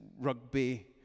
rugby